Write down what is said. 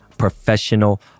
professional